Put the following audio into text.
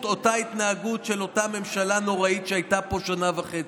אותה התנהגות של אותה ממשלה נוראית שהייתה פה שנה וחצי.